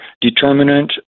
determinant